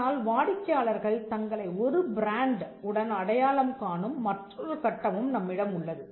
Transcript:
ஆனால் வாடிக்கையாளர்கள் தங்களை ஒரு பிராண்ட் உடன் அடையாளம் காணும் மற்றொரு கட்டமும் நம்மிடம் உள்ளது